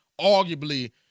arguably